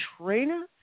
trainer